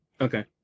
Okay